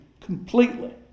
completely